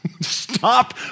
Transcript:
stop